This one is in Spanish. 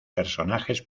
personajes